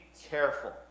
careful